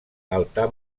altar